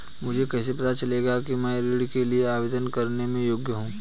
मुझे कैसे पता चलेगा कि मैं ऋण के लिए आवेदन करने के योग्य हूँ?